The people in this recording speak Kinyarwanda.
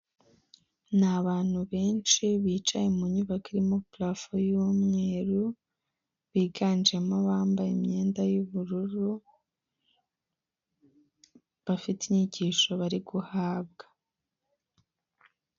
Ni abantu benshi bicaye mu nyubako irimo parafo y'umweru biganjemo abambaye imyenda y'ubururu bafite inyigisho bari guhabwa.